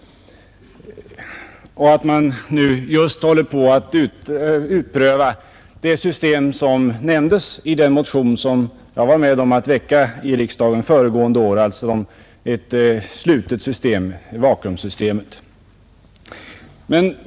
Jag vet också att man just nu håller på att utprova det system som nämndes i den motion som jag var med om att väcka i riksdagen föregående år, dvs. ett slutet system — det s.k. vacuumsystemet.